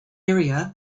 area